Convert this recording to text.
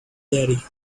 daddy